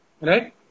Right